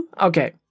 Okay